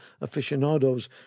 aficionados